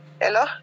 Hello